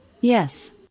Yes